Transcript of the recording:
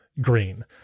green